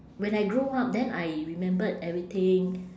when I grow up then I remembered everything